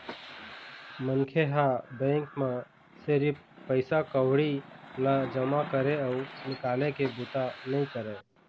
मनखे ह बेंक म सिरिफ पइसा कउड़ी ल जमा करे अउ निकाले के बूता नइ करय